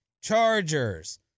Chargers